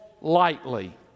lightly